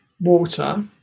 water